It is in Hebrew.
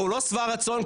הוא לא שבע רצון,